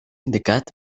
indicat